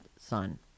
son